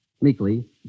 meekly